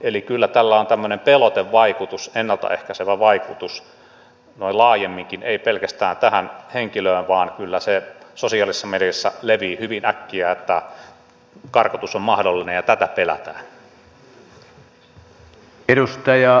eli kyllä tällä on pelotevaikutus ennalta ehkäisevä vaikutus noin laajemminkin ei pelkästään tähän henkilöön vaan kyllä se sosiaalisessa mediassa leviää hyvin äkkiä että karkotus on mahdollinen ja tätä pelätään